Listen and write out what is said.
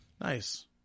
Nice